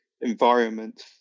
environment